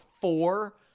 four